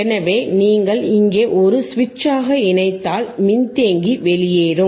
எனவே நீங்கள் இங்கே ஒரு சுவிட்சாக இணைத்தால் மின்தேக்கி வெளியேறும்